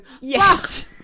Yes